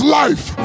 life